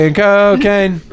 cocaine